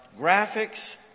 graphics